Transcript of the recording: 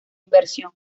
inversión